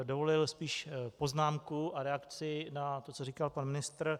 Dovolil bych si spíše poznámku a reakci na to, co říkal pan ministr.